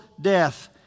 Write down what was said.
death